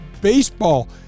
baseball